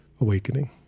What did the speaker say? awakening